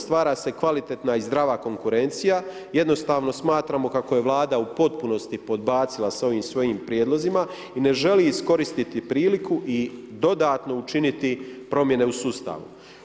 Stvara se kvalitetna i zdrava konkurencija, jednostavno smatramo kako je Vlada u potpunosti podbacila sa ovim svojim prijedlozima i ne želi iskoristiti priliku i dodatno učiniti promjene u sustavu.